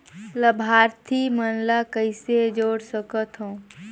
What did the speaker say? लाभार्थी मन ल कइसे जोड़ सकथव?